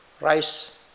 rice